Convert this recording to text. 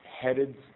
headed